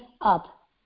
up